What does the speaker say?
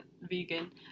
vegan